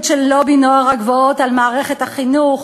של לובי נוער הגבעות על מערכת החינוך,